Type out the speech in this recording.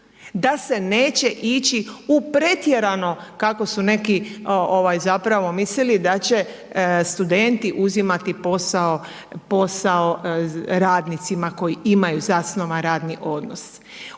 da se neće ići u pretjerano, kako su neki ovaj zapravo mislili da će studenti uzimati posao radnicima koji imaju zasnovan radni odnos.